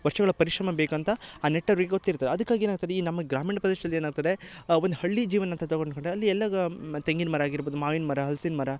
ವರ್ಷಗಳ ಪರಿಶ್ರಮ ಬೇಕಂತ ಆ ನೆಟ್ಟೊರಿಗೆ ಗೊತ್ತಿರ್ತದೆ ಅದಕ್ಕಾಗಿ ಏನು ಆಗ್ತದೆ ಈ ನಮ್ಮ ಗ್ರಾಮೀಣ ಪ್ರದೇಶಲ್ಲಿ ಏನಾಗ್ತದೆ ಒಂದು ಹಳ್ಳಿ ಜೀವನ ಅಂತ ತಗೊಂಡು ಕಂಡರೆ ಅಲ್ಲಿ ಎಲ್ಲ ಗ ತೆಂಗಿನ ಮರ ಆಗಿರ್ಬೋದು ಮಾವಿನ ಮರ ಹಲ್ಸಿನ ಮರ